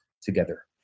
together